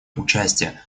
участия